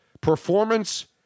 performance